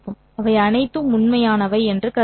இவை அனைத்தும் உண்மையானவை என்று கருதுங்கள்